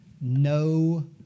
no